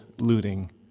looting